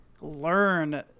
learn